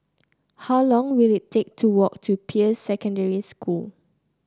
how long will it take to walk to Peirce Secondary School